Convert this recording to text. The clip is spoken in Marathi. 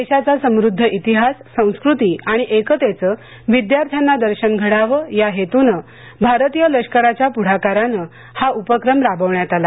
देशाचा समृद्ध इतिहास संस्कृती आणि एकतेचं विद्यार्थ्याना दर्शन घडावं या हेतूने भारतीय लष्कराच्या पुढाकाराने हा उपक्रम राबवण्यात आला